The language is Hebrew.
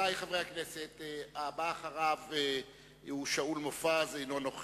לכאורה רוב יכול להצביע על כל דבר.